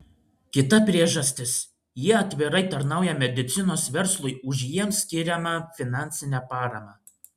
kita priežastis jie atvirai tarnauja medicinos verslui už jiems skiriamą finansinę paramą